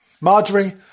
Marjorie